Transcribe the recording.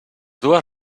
dues